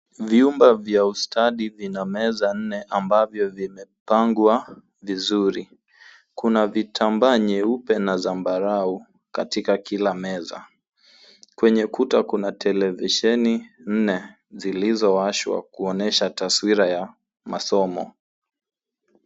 Vyumba vya ustadi vina mezaa nne ambavyo vimepangwa vizuri. Kuna vitambaa nyeupe na zambarau katika kila meza. Kwenye kuta kuna televisheni nne zilizowashwa kuonyesha taswira ya masomo.